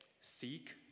seek